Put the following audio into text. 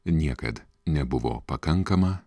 niekad nebuvo pakankama